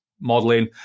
modeling